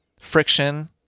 Friction